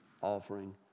offering